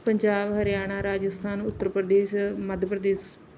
Punjab Haryana Rajasthan Uttar Pradesh Madhya Pradesh